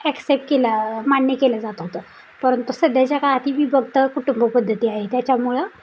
accept केला मान्य केलं जात होतं परंतु सध्याच्या काळात ही विभक्त कुटुंबपद्धती आहे त्याच्यामुळं